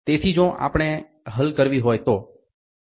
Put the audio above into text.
તેથી જો આપણે હલ કરવી હોય તો